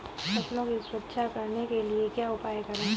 फसलों की सुरक्षा करने के लिए क्या उपाय करें?